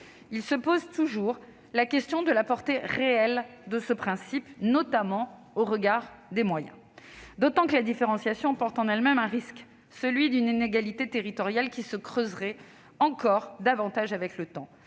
de cet examen. La question de la portée réelle de ce principe se pose toujours, notamment au regard des moyens, d'autant que la différenciation porte en elle-même le risque d'une inégalité territoriale qui se creuserait encore davantage avec le temps.